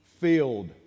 filled